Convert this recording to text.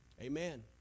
Amen